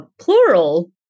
plural